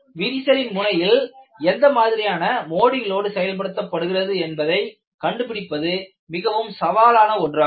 விரிசலின் முனையில் எந்த மாதிரியான மோடு லோடிங் செயல்படுத்தப்படுகிறது என்பதை கண்டுபிடிப்பது மிகவும் சவாலான ஒன்றாகும்